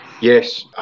Yes